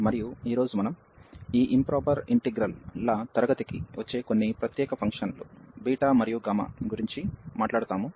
మరియు ఈ రోజు మనం ఈ ఇంప్రాపర్ ఇంటిగ్రల్ ల తరగతి కి వచ్చే కొన్ని ప్రత్యేక ఫంక్షన్లు బీటా మరియు గామా గురించి మాట్లాడుతాము